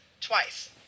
twice